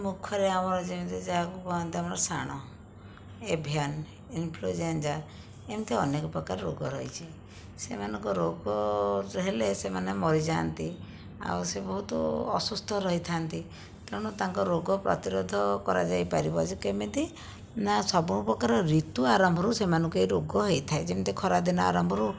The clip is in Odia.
ମୁଖରେ ଆମର ଯେମିତି ଯାହାକୁ କୁହନ୍ତି ଆମର ସାଣ ଏଭିଆନ ଇନଫ୍ଳୁଏଞ୍ଜା ଏମିତି ଅନେକ ପ୍ରକାର ରୋଗ ରହିଛି ସେମାନଙ୍କ ରୋଗ ହେଲେ ସେମାନେ ମରିଯାଆନ୍ତି ଆଉ ସେ ବହୁତ ଅସୁସ୍ଥ ରହିଥାନ୍ତି ତେଣୁ ତାଙ୍କ ରୋଗ ପ୍ରତିରୋଧ କରା ଯାଇପାରିବ ଯେ କେମିତି ନା ସବୁ ପ୍ରକାର ଋତୁ ଆରମ୍ଭରୁ ସେମାନଙ୍କୁ ଏହି ରୋଗ ହୋଇଥାଏ ଯେମିତି ଖରାଦିନ ଆରମ୍ଭରୁ